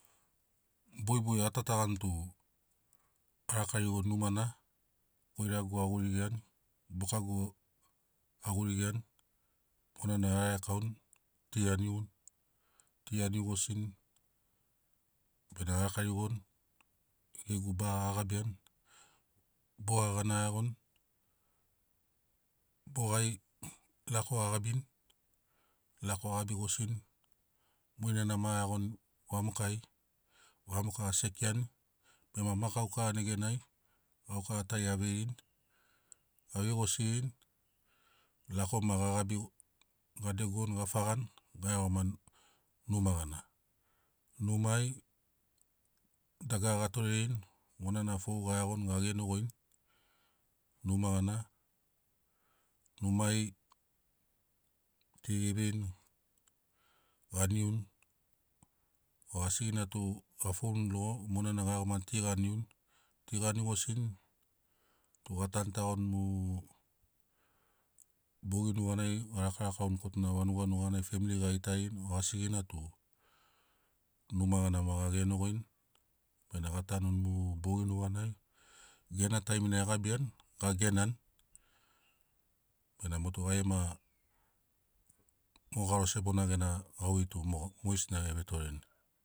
Bogibogi a tatagani a raka rigoni numana goiragu a gurigiani bokagu a gurigiani mona na a ragekauni ti a niuni ti a niu gosini benamo a raka rigoni gegu baga a gabiani boga gana a iagoni bogai lako a gabini lako a gabi gosini monana ma a iagoni vamokai vamoka a sekeani bema ma gaukara neganai gaukara tari a veirini a vei gosirini lako ma ga gabini ga degoni ga fagani ga iagomani numa gana. Numai dagara ga torerini monana fou ga iagoni ga genogoini numa gana. Numai ti ge veini ga niuni o asigina tu ga founi logo monana ga iagomani ti ga niuni ti ga niugosini tu ga tanutagoni mu bogi nuganai ga rakarakauni kotunai vanuga nuganai femili ga gitarini o asigina tu numa gana ma ga genogoini benamo ga tanuni mu bogi nuganai gena taimina na e gabiani ga genani benamo mo tu gai gema mo garo sebona gema gauvei tu moga mogesina e vetoreni